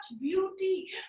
beauty